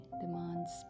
demands